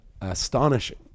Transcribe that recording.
astonishing